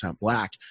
black